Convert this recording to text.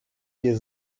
jest